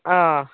ꯑꯥ